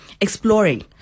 exploring